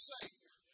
Savior